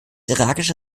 irakische